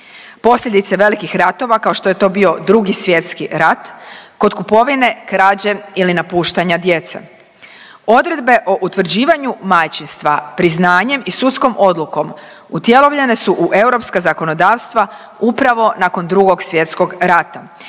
posljedice velikih ratova, kao što je to bio Drugi svjetski rat, kod kupovine, krađe ili napuštanja djece. Odredbe o utvrđivanju majčinstva priznanjem i sudskom odlukom utjelovljene su u europska zakonodavstva upravo nakon Drugog svjetskog rata